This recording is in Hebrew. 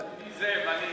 זאב, אני